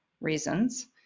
reasons